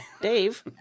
Dave